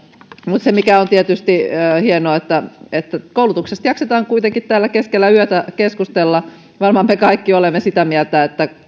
mutta se mikä on tietysti hienoa on se että koulutuksesta jaksetaan kuitenkin täällä keskellä yötä keskustella varmaan me kaikki olemme sitä mieltä että